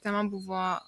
tema buvo